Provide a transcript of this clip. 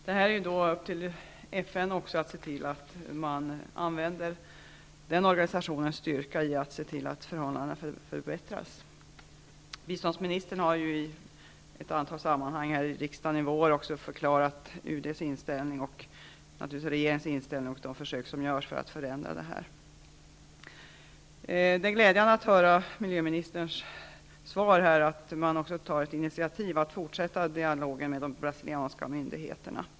Det är också upp till FN att se till att man använder organisationens styrka för att se till att förhållandena förbättras. Biståndsministern har i ett antal sammanhang här i riksdagen i vår förklarat UD:s och regeringens inställning och redogjort för de försök som görs för att förändra. Det är glädjande att höra i miljöministerns svar att ett initiativ tas för att fortsätta dialogen med de brasilianska myndigheterna.